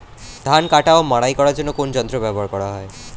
ধান কাটা ও মাড়াই করার জন্য কোন যন্ত্র ব্যবহার করা হয়?